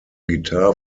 guitar